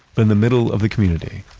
but in the middle of the community,